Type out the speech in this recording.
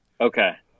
Okay